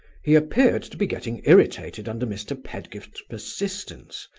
he appeared to be getting irritated under mr. pedgift's persistence,